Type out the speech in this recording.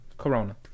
Corona